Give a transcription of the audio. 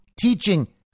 teaching